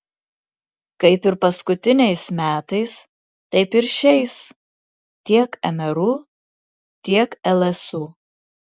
kaip ir paskutiniais metais taip ir šiais tiek mru tiek lsu